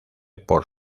por